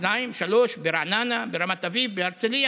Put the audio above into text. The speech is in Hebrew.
שניים, שלושה, ברעננה, ברמת אביב, בהרצליה.